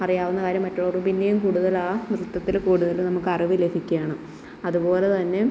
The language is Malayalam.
അറിയാവുന്ന കാര്യം മറ്റുള്ളവർക്ക് പിന്നെയും കൂടുതലാണ് നൃത്തത്തില് കൂടുതല് നമുക്ക് അറിവ് ലഭിക്കുകയാണ് അതുപോലെ തന്നെ